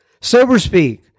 Soberspeak